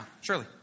surely